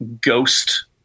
ghost